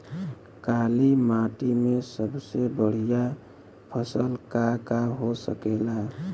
काली माटी में सबसे बढ़िया फसल का का हो सकेला?